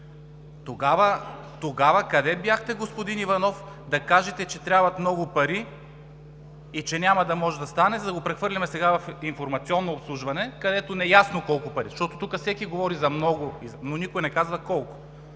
Тогава къде бяхте, господин Иванов, да кажете, че трябват много пари и че няма да може да стане, за да го прехвърлим сега в „Информационно обслужване“, където е неясно колко пари, защото тук всеки говори за много, но никой не казва колко?!